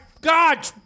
God